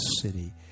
city